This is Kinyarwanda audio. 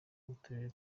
uturere